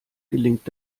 gelingt